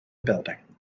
building